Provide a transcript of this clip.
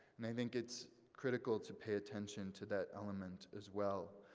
and i think it's critical to pay attention to that element as well.